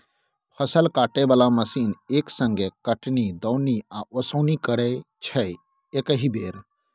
फसल काटय बला मशीन एक संगे कटनी, दौनी आ ओसौनी करय छै एकहि बेर